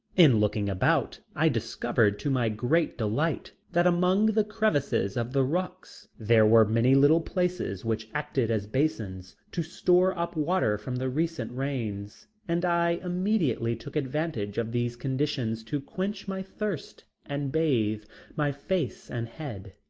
in looking about, i discovered to my great delight that among the crevices of the rocks there were many little places which acted as basins to store up water from the recent rains, and i immediately took advantage of these conditions to quench my thirst and bathe my face and head.